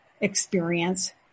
experience